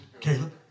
Caleb